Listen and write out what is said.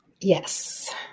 Yes